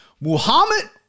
Muhammad